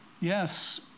yes